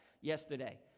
yesterday